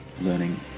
learning